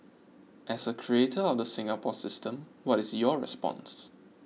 as a creator of the Singapore system what is your response